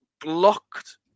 blocked